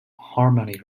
harmony